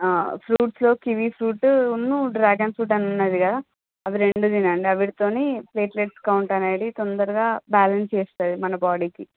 ఫ్రూట్స్లో kiwi fruit dragon fruit అని ఉన్నాది కదా ఆవి రెండు తినండి వాటితోనే ప్లేటెలెట్ కౌంట్ అనేది తొందరగా బాలన్స్ చేస్తుంది మన బాడీకి